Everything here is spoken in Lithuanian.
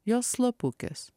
jos slapukės